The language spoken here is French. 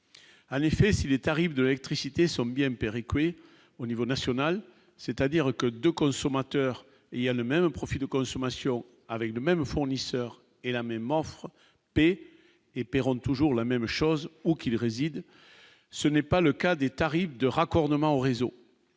l'effet si les tarifs de électricité sont bien M. Peiry au niveau national, c'est-à-dire que de consommateurs, il y a le même profil de consommation avec le même fournisseur et la même offre paient et paieront toujours la même chose, où qu'il réside, ce n'est pas le cas des tarifs de raccordement au réseau,